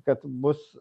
kad bus